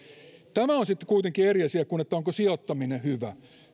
tämä on sitten kuitenkin eri asia kuin se onko sijoittaminen hyvä